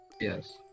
Yes